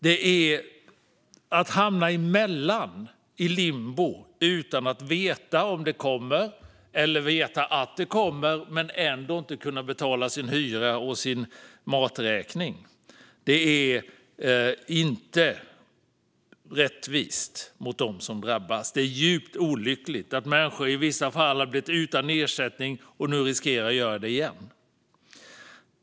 Det handlar om att hamna emellan, i limbo, utan att veta om det kommer eller när det kommer och att inte kunna betala sin hyra eller sin maträkning. Det är inte rättvist mot dem som drabbas. Det är djupt olyckligt att människor i vissa fall har blivit utan ersättning och nu riskerar att bli det igen.